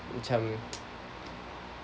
macam